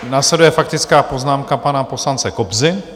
Následuje faktická poznámka pana poslance Kobzy.